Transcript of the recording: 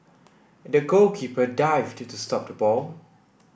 the goalkeeper dived to stop the ball